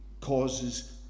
causes